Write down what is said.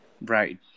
Right